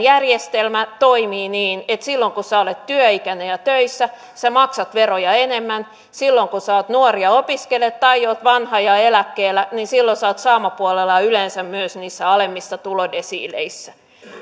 järjestelmämme toimii niin että silloin kun sinä olet työikäinen ja töissä sinä maksat veroja enemmän silloin kun sinä olet nuori ja opiskelet tai olet vanha ja eläkkeellä niin silloin sinä olet saamapuolella ja yleensä myös niissä alemmissa tulodesiileissä